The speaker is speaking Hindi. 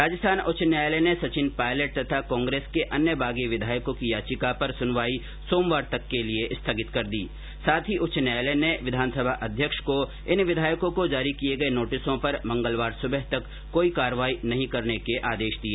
राजस्थान उच्च न्यायालय ने सचिन पायलट तथा कांग्रेस के अन्य बागी विधायकों की याचिका पर सुनवाई सोमवार तक के लिए स्थगित कर दी साथ ही उच्च न्यायालय ने विधानसभा अध्यक्ष को इन विधायकों को जारी किए गए नोटिसों पर मंगलवार सुबह तक कोई कार्यवाही नहीं करने के आदेश दिए